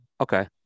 okay